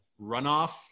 runoff